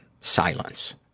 silence